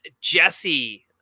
Jesse